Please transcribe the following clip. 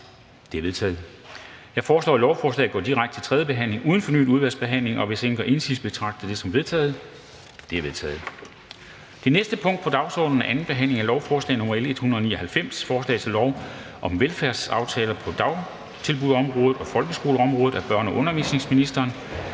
Det er vedtaget. Jeg foreslår, at lovforslaget går direkte til tredje behandling uden fornyet udvalgsbehandling, og hvis ingen gør indsigelse, betragter jeg det som vedtaget. Det er vedtaget. --- Det næste punkt på dagsordenen er: 14) 2. behandling af lovforslag nr. L 199: Forslag til lov om velfærdsaftaler på dagtilbudsområdet og folkeskoleområdet. Af børne- og undervisningsministeren